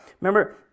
Remember